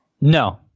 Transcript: No